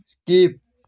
skip